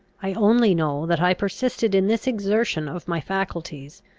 i only know that i persisted in this exertion of my faculties,